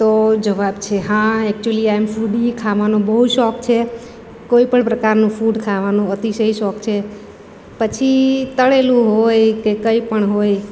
તો જવાબ છે હા એક્ચુલી આઈ એમ ફૂડી ખાવાનો બહુ શોખ છે કોઈ પણ પ્રકારનું ફૂડ ખાવાનો અતિશય શોખ છે પછી તળેલું હોય કે કંઈ પણ હોય